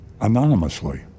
anonymously